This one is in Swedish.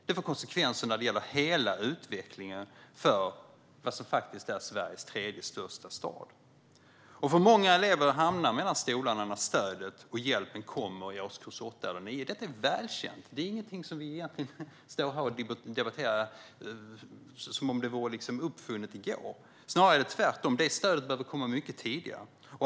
Det får konsekvenser för hela utvecklingen av vad som faktiskt är Sveriges tredje största stad. Många elever hamnar mellan stolarna när stödet och hjälpen kommer i årskurs 8 eller 9. Detta är välkänt; det är ingenting vi egentligen står här och debatterar som om det vore uppfunnet i går - snarare tvärtom. Stödet behöver komma mycket tidigare.